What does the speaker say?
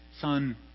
Son